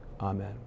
Amen